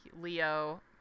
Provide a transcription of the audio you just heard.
Leo